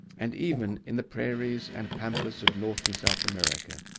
and even in the prairies and pampas of north and south america.